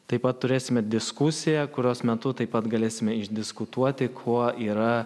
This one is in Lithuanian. taip pat turėsime diskusiją kurios metu taip pat galėsime išdiskutuoti kuo yra